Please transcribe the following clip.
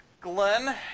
Glenn